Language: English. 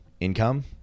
income